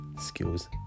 skills